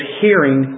hearing